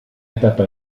etapa